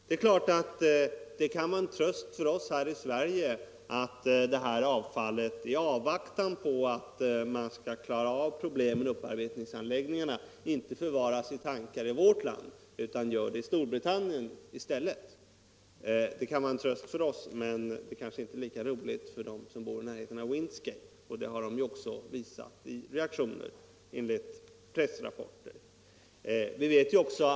Det kan givetvis vara en tröst för oss här i Sverige att vårt avfall i avvaktan på att man skall klara av problemen med upparbetningsanläggningarna inte förvaras i tankar i vårt land utan i Storbritannien. Men det är förmodligen inte lika roligt för dem som bor i närheten av Windscale, vilket människorna där också visat genom sina reaktioner, enligt pressrapporter.